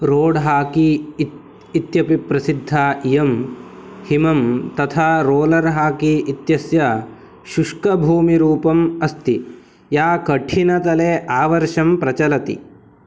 road hockey इत् इत्यपि प्रसिद्धा इयं हिमं तथा रोलर् हाकी इत्यस्य शुष्कभूमिरूपम् अस्ति या कठिनतले आवर्षं प्रचलति